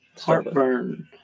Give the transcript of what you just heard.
heartburn